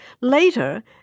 Later